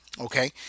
Okay